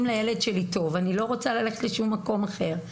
אם לילד שלי טוב אני לא רוצה ללכת לשום מקום אחר.